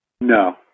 No